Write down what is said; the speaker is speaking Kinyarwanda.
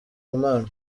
mana